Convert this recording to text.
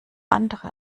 andere